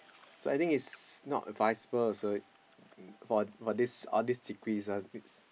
so I think it's not advisable also for for these all these